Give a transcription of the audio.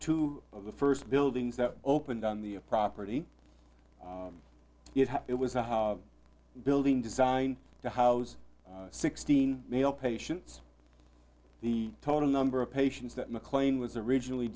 two of the first buildings that opened on the property it was a house building designed to house sixteen male patients the total number of patients that mclean was originally